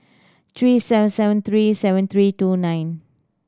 three seven seven three seven three two nine